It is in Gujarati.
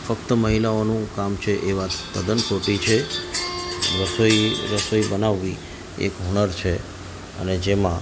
ફક્ત મહિલાઓનું કામ છે એ વાત તદ્દન ખોટી છે રસોઈ રસોઈ બનાવવી એક હુનર છે અને જેમાં